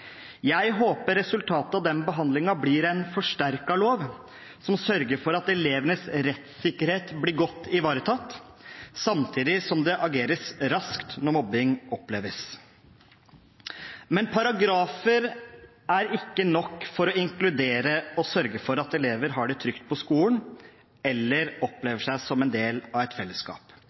Jeg håper resultatet av den behandlingen blir en forsterket lov som sørger for at elevenes rettssikkerhet blir godt ivaretatt, samtidig som det ageres raskt når mobbing oppleves. Men paragrafer er ikke nok for å inkludere og sørge for at elever har det trygt på skolen eller opplever seg som en del av et fellesskap.